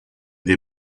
des